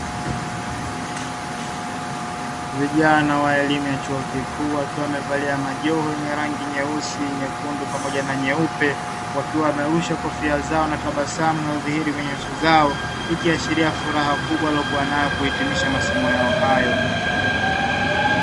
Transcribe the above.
Vijana wa elimu ya chuo kikuu wakiwa wamevalia majoho yenye rangi nyeusi, nyekundu pamoja na nyeupe wakiwa wamerusha kofia zao na tabasamu mahiri kwenye uso zao, ikiashiria furaha kubwa waliyokuwa nayo kuhitimisha masomo yao hayo.